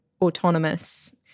autonomous